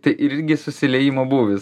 tai irgi susiliejimo būvis